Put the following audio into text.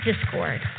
discord